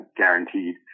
guaranteed